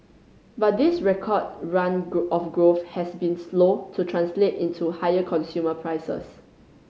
but this record run of growth has been slow to translate into higher consumer prices